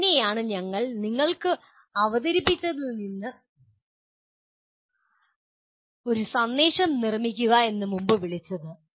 അതിനെയാണ് ഞങ്ങൾ നിങ്ങൾക്ക് അവതരിപ്പിച്ചതിൽ നിന്ന് ഒരു സന്ദേശം നിർമ്മിക്കുക എന്ന് മുമ്പ് വിളിച്ചത്